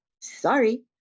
Sorry